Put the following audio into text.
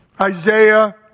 Isaiah